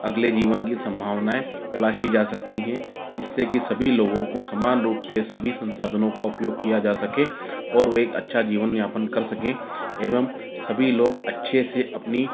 अगले जीवन की सम्भावनाएं तलाशी जा सकती हैं जिससे कि सभी लोगों को समान रूप से सभी संसाधनों का उपयोग किया जा सके और वे एक अच्छा जीवन यापन कर सके एवं सभी लोग अच्छे से अपनी